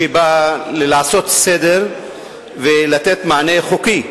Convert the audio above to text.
שבאה לעשות סדר ולתת מענה חוקי